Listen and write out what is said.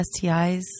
STIs